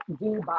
Dubai